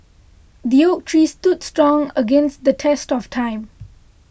the oak tree stood strong against the test of time